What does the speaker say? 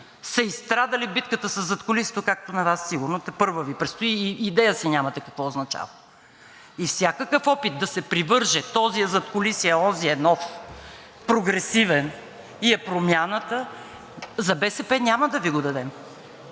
са изстрадали битката със задкулисието, както на Вас сигурно тепърва Ви предстои, и идея си нямате какво означава. И всякакъв опит да се привърже – този е задкулисие, онзи е нов, прогресивен и е промяната, за БСП няма да Ви го дадем.